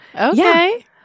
Okay